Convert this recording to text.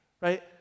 Right